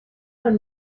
van